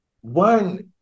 one